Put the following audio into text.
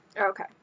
Okay